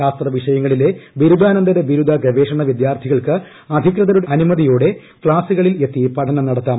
ശാസ്ത്ര വിഷയങ്ങളിലെ ബിരുദാനന്തര ബിരുദ ഗവേഷണ വിദ്യാർഥികൾക്ക് അധികൃതരുടെ അനുമതിയോടെ ക്ലാസ്സുകളിൽ എത്തി പഠനം നടത്താം